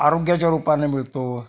आरोग्याच्या रूपाने मिळतो